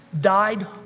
died